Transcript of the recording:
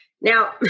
Now